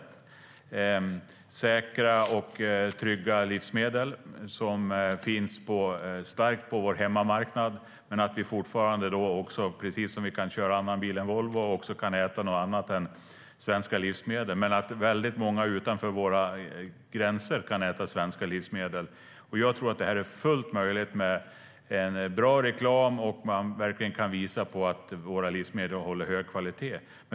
Det ska vara säkra och trygga livsmedel med en stark position på vår hemmamarknad, men precis som vi kan köra andra bilar än Volvo ska vi också kunna äta annat än svenska livsmedel samtidigt som många utanför våra gränser kan äta svenska livsmedel. Jag tror att det är fullt möjligt med hjälp av bra reklam där det framgår att våra livsmedel håller hög kvalitet.